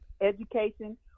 education